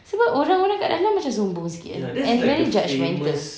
sebab orang-orang dekat dalam macam sombong sikit ah and very judgemental